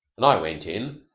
and i went in,